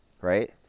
right